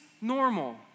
normal